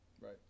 Right